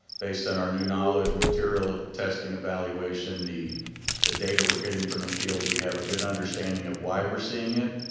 based on our new knowledge, material of testing evaluation, the the data we're getting from the field, we have a good understanding of why we're seeing it,